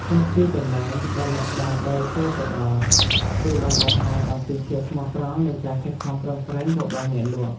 គ្រប់ទីកន្លែងដែលអ្នកបានដើរចូលទៅដល់គឺបានបង្ហាញអំពីភាពស្មោះត្រង់ និងការខិតខំប្រឹងប្រែងរបស់អ្នកលក់។